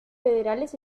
federales